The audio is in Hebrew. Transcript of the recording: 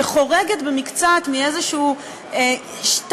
שחורגת במקצת מאיזה שטנץ,